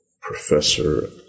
professor